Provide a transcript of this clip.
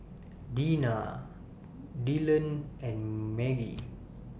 Deana Dylon and Margie